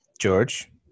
George